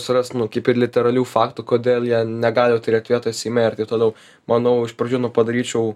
surast nu kaip ir literalių faktų kodėl jie negali turėt vietos seime ir taip toliau manau iš pradžių nu padaryčiau